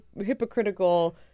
hypocritical